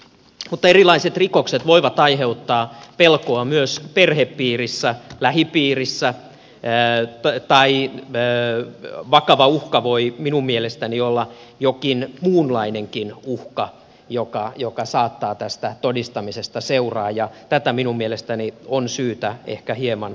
mutta erilaiset rikokset voivat aiheuttaa pelkoa myös perhepiirissä lähipiirissä tai vakava uhka voi minun mielestäni olla jokin muunkinlainen uhka joka saattaa tästä todistamisesta seurata ja tätä minun mielestäni on syytä ehkä hieman pohtia